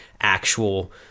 actual